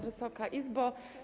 Wysoka Izbo!